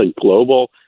global